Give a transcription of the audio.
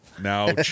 Now